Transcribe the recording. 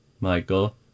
Michael